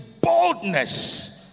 boldness